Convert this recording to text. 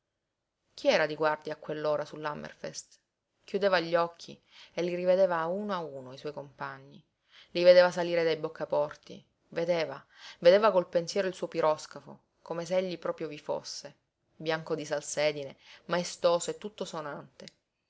chi era di guardia a quell'ora su l'hammerfest chiudeva gli occhi e li rivedeva a uno a uno i suoi compagni li vedeva salire dai boccaporti vedeva vedeva col pensiero il suo piroscafo come se egli proprio vi fosse bianco di salsedine maestoso e tutto sonante